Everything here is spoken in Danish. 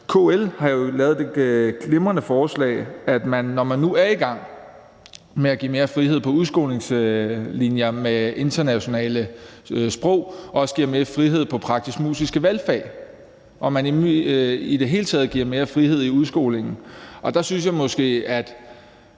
jo har lavet det glimrende forslag, at man, når man nu er i gang med at give mere frihed på udskolingslinjer med hensyn til internationale sprog, også giver mere frihed i forhold til praktisk-musiske valgfag, og at man i det hele taget giver mere frihed i udskolingen. Der synes jeg måske, at